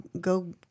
go